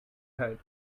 head